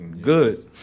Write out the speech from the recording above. good